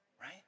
right